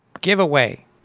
giveaway